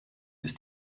ist